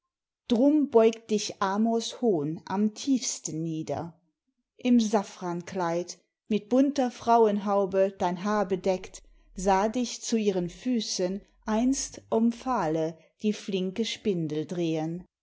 drum beugt dich amors hohn am tiefsten nieder im safrankleid mit bunter frauenhaube dein haar bedeckt sah dich zu ihren füßen einst omphale die flinke spindel drehen